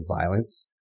violence